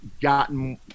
gotten